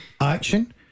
Action